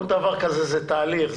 כל דבר כזה זה תהליך,